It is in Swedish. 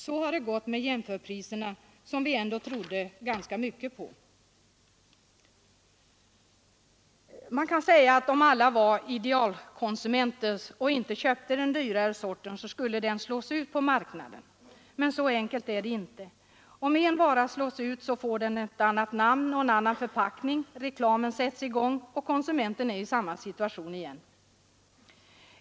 Så har det gått med jämförpriserna, som vi ändå trodde ganska mycket på. Man kan säga att om alla var idealkonsumenter och inte köpte den dyrare sorten, så skulle den varan slås ut på marknaden. Så enkelt är det inte. Om en vara slås ut så får den ett annat namn och en annan förpackning, reklamen sätts i gång, och konsumenten är i samma situation igen.